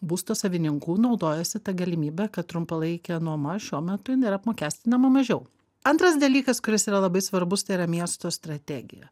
būsto savininkų naudojasi ta galimybe kad trumpalaikė nuoma šiuo metu jinai yra apmokestinama mažiau antras dalykas kuris yra labai svarbus tai yra miesto strategija